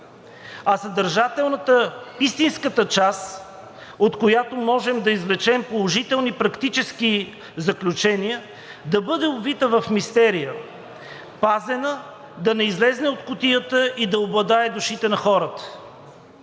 а съдържателната, истинската част, от която можем да извлечем положителни практически заключения, да бъде обвита в мистерия, пазена да не излезе от кутията и да обладае душите на хората.